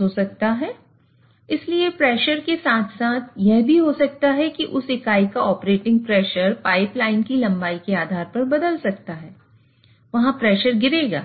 हो सकता है इसलिए प्रेशर के साथ साथ यह भी हो सकता है कि उस इकाई का ऑपरेटिंग प्रेशर पाइपलाइन की लंबाई के आधार पर बदल सकता है वहाँ प्रेशर गिरेगा